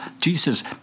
Jesus